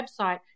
website